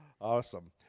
Awesome